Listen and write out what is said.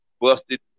busted